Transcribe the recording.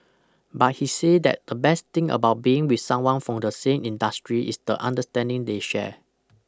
but he say that the best thing about being with someone from the same industry is the understanding they share